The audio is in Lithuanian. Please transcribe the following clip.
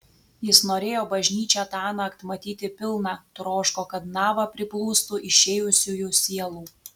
jis norėjo bažnyčią tąnakt matyti pilną troško kad nava priplūstų išėjusiųjų sielų